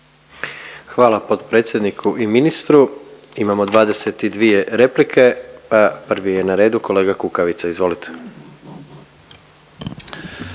Hvala potpredsjedniku i ministru. Imamo 22 replike. Prvi je na redu kolega Kukavica. Izvolite.